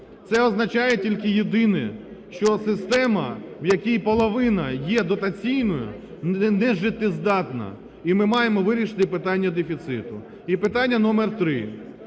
Це означає тільки єдине, що система, в якій половина є дотаційною, нежиттєздатна, і ми маємо вирішити питання дефіциту. І питання номер три.